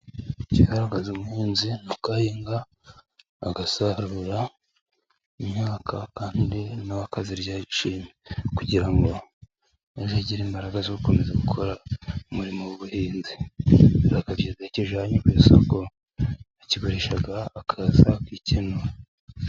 Ikigaragaza umuhinzi ni uko ahinga agasarura imyaka kandi nawe akayirya yishimye, kugira ngo ajye agira imbaraga zo gukomeza gukora umurimo w'ubuhinzi, akagira icyo ajyana ku isoko akakigurisha akaza akikenura.